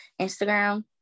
Instagram